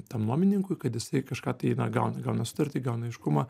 tam nuomininkui kad jisai kažką tai na gaun gauna sutartį gauna aiškumą